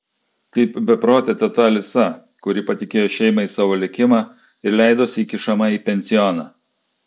kaip beprotė teta alisa kuri patikėjo šeimai savo likimą ir leidosi įkišama į pensioną